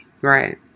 Right